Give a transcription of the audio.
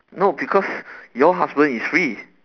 no because your husband is free